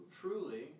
truly